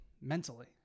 mentally